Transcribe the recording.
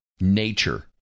nature